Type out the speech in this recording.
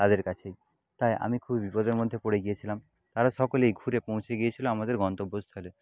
তাদের কাছে তাই আমি খুব বিপদের মধ্যে পড়ে গিয়েছিলাম কারণ সকলেই ঘুরে পৌঁছে গিয়েছিলো আমাদের গন্তব্যস্থলে